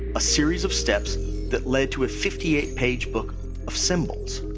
a series of steps that led to a fifty eight page book of symbols.